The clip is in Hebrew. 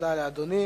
תודה לאדוני.